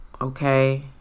okay